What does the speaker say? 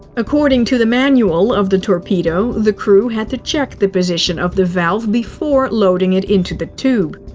according to the manual of the torpedo, the crew had to check the position of the valve before loading it into the tube.